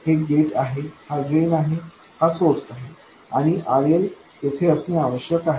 हे गेट आहे हा ड्रेन आहे हा सोर्स आहे आणि RL तेथे असणे आवश्यक आहे